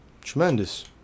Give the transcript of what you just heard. Tremendous